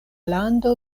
lando